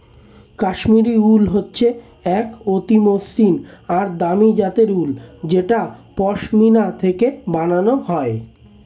Kashmiri wool হচ্ছে এক অতি মসৃন আর দামি জাতের উল যেটা পশমিনা থেকে বানানো হয়